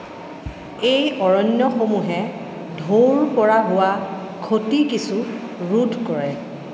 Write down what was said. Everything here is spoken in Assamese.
এই অৰণ্যসমূহে ঢৌৰপৰা হোৱা ক্ষতি কিছু ৰোধ কৰে